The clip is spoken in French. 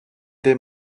des